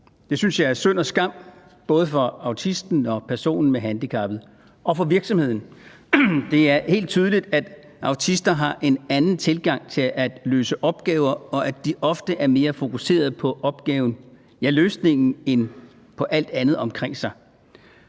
Det synes jeg er synd og skam, både for autisten og for personen med handicap og for virksomheden. Det er helt tydeligt, at autister har en anden tilgang til at løse opgaver, og at de er mere fokuseret på opgaveløsningen end på alt andet omkring sig.